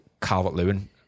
Calvert-Lewin